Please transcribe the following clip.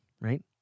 right